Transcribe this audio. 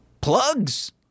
Plugs